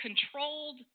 controlled